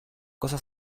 cosa